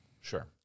Sure